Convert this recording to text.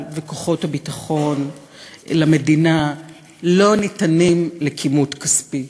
וכוחות הביטחון למדינה לא ניתנים לכימות כספי.